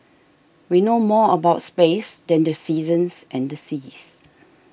we know more about space than the seasons and the seas